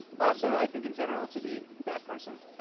also i think in general to be that person.